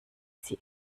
sie